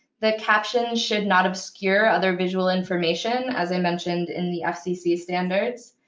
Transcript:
the caption should not obscure other visual information, as i mentioned in the fcc standards.